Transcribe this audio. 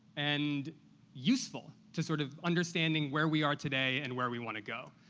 and useful to sort of understanding where we are today and where we want to go.